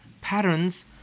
patterns